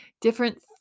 different